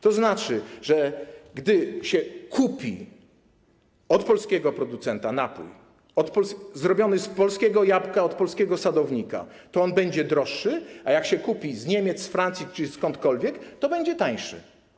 To znaczy, że gdy się kupi od polskiego producenta napój zrobiony z polskiego jabłka, od polskiego sadownika, to on będzie droższy, a jak się go kupi z Niemiec, z Francji czy skądkolwiek, to będzie tańszy.